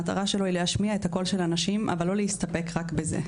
המטרה שלו היא להשמיע את הקול של הנשים אבל לא להסתפק רק בזה.